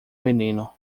menino